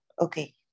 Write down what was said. Okay